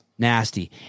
nasty